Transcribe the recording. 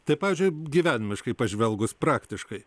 tai pavyzdžiui gyvenimiškai pažvelgus praktiškai